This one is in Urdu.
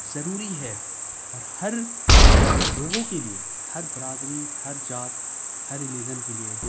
ضروری ہے اور ہر لوگوں کے لیے ہر برادری ہر جات ہر رلیزن کے لیے